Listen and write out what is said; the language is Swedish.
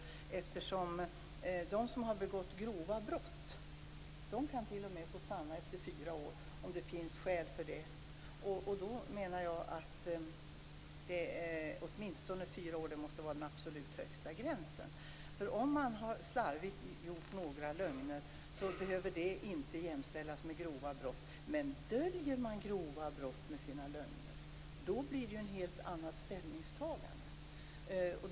T.o.m. de som har begått grova brott kan få stanna efter fyra år, om det finns skäl för det. Fyra år måste vara den absolut högsta gränsen. Om man har använt sig av några slarviga lögner behöver detta inte jämställas med grov brott. Men om man döljer grova brott genom lögner, blir det fråga om ett helt annat ställningstagande.